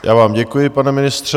Já vám děkuji, pane ministře.